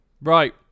Right